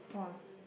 !wah!